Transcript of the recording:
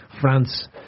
France